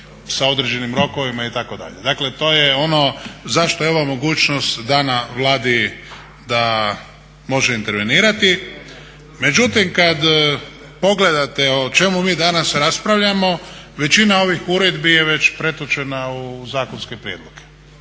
sa određenim rokovima itd. Dakle, to je ono zašto je ova mogućnost dana Vladi da može intervenirati. Međutim, kad pogledate o čemu mi danas raspravljamo većina ovih uredbi je već pretočena u zakonske prijedloge